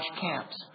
camps